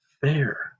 fair